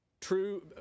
True